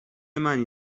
معنی